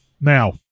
Now